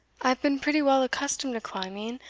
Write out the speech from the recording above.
i have been pretty well accustomed to climbing,